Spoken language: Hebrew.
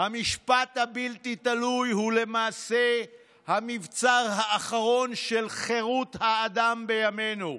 "המשפט הבלתי-תלוי הוא למעשה המבצר האחרון של חירות האדם בימינו,